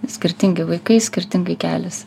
skirtingi vaikai skirtingai keliasi